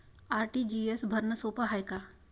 RTGS भरनं सोप हाय का?